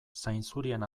zainzurien